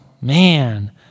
man